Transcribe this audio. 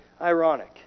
ironic